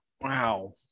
wow